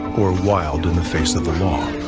or wild in the face of.